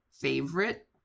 favorite